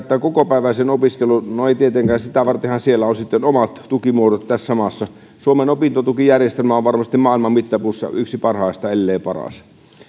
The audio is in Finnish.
kokopäiväiseen opiskeluun no ei tietenkään sitä vartenhan on sitten omat tukimuodot tässä maassa suomen opintotukijärjestelmä on varmasti maailman mittapuussa yksi parhaista ellei paras